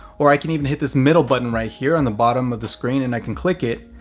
or i can even hit this middle button right here on the bottom of the screen, and i can click it.